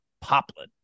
Poplin